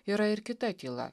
yra ir kita tyla